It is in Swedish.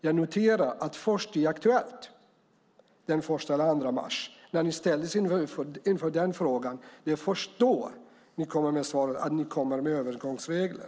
Jag noterar att det var först i Aktuellt den 1 eller 2 mars, när ni ställdes inför frågan, som ni kom med svaret att ni kommer med övergångsregler.